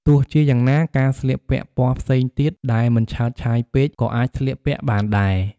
ទោះជាយ៉ាងណា ការស្លៀកពាក់ពណ៌ផ្សេងទៀតដែលមិនឆើតឆាយពេក ក៏អាចស្លៀកពាក់បានដែរ។